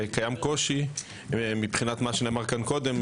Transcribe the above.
קיים קושי מבחינת מה שנאמר כאן קודם,